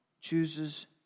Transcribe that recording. chooses